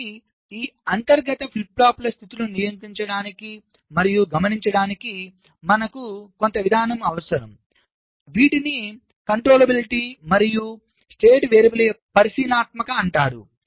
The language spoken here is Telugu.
కాబట్టి ఈ అంతర్గత ఫ్లిప్ ఫ్లాప్ల స్థితులను నియంత్రించడానికి మరియు గమనించడానికి మనకు కొంత విధానం అవసరంవీటిని కంట్రోల్బిలిటీ మరియు స్టేట్ వేరియబుల్స్ యొక్క పరిశీలనాత్మకత అంటారు